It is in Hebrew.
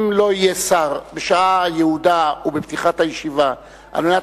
אם לא יהיה שר בשעה היעודה ובפתיחת הישיבה על מנת